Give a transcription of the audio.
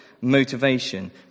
motivation